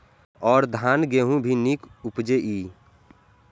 और धान गेहूँ भी निक उपजे ईय?